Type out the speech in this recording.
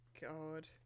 god